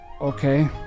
Okay